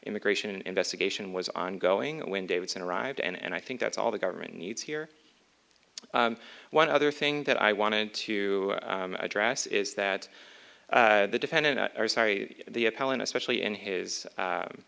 immigration investigation was ongoing when davidson arrived and i think that's all the government needs here one other thing that i wanted to address is that the defendant or sorry the appellant especially in his